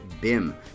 BIM